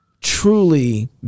truly